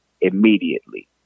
immediately